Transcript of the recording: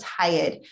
tired